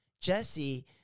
Jesse